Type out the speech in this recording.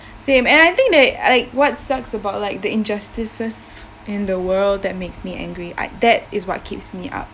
same and I think that I like what ucks about like the injustices in the world that makes me angry I that is what keeps me up